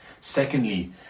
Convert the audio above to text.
Secondly